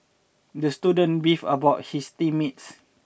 the student beef about his team mates